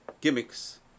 gimmicks